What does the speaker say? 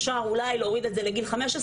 אפשר אולי להוריד את זה לגיל 15,